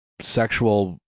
sexual